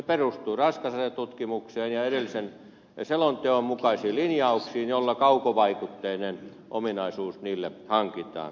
perustuu raskasasetutkimukseen ja edellisen selonteon mukaisiin linjauksiin se että kaukovaikutteinen ominaisuus niille hankitaan